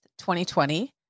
2020